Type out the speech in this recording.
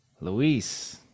Luis